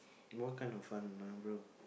more kind of fun lah bro